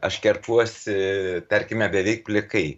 aš kerpuosi tarkime beveik plikai